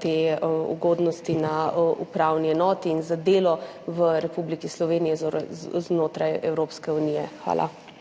te ugodnosti na upravni enoti in za delo v Republiki Sloveniji znotraj Evropske unije. Hvala.